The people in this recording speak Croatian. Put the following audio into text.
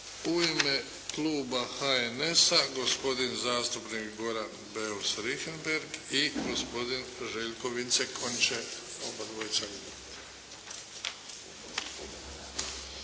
U ime kluba HNS-a gospodin zastupnik Goran Beus Richembergh i gospodin Željko Vincelj. Oni će obadvojica